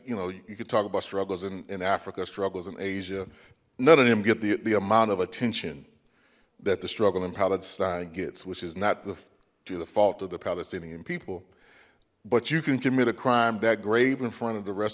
you know you could talk about struggles in africa struggles in asia none of them get the amount of attention that the struggle in palestine gets which is not the fault of the palestinian people but you can commit a crime that grave in front of the rest